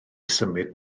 symud